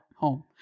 home